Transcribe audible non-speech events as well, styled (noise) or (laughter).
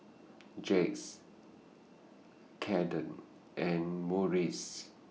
(noise) Jax Cayden and (unintelligible)